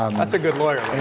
um that's a good lawyer